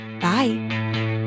Bye